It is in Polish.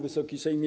Wysoki Sejmie!